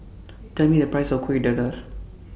Tell Me The Price of Kueh Dadar